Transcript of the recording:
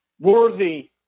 Worthy